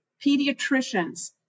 pediatricians